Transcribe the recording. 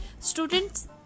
Students